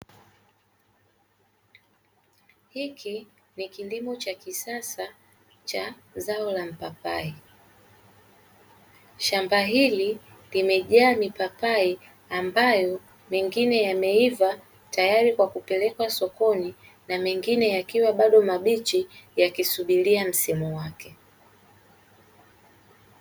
Hiki ni kilimo cha kisasa cha zao la mpapai shamba hili limejaa mipapai ambayo mengine yameiva tayari kwa kupelekwa sokoni na mengine yakiwa bado mabichi yakisubiria msimu wake.